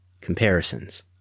comparisons